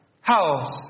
house